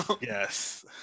Yes